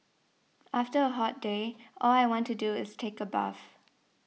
after a hot day all I want to do is take a bath